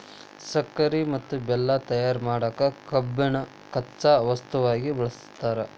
ಸಕ್ಕರಿ ಮತ್ತ ಬೆಲ್ಲ ತಯಾರ್ ಮಾಡಕ್ ಕಬ್ಬನ್ನ ಕಚ್ಚಾ ವಸ್ತುವಾಗಿ ಬಳಸ್ತಾರ